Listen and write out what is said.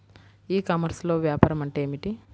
ఈ కామర్స్లో వ్యాపారం అంటే ఏమిటి?